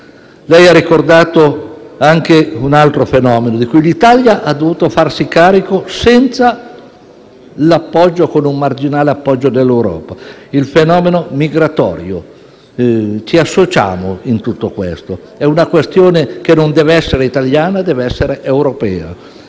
Lei ha ricordato anche un altro fenomeno, di cui l'Italia ha dovuto farsi carico senza l'appoggio o con un marginale appoggio dell'Europa: il fenomeno migratorio. Ci associamo a tutto questo; è una questione che non deve essere italiana, ma deve essere europea.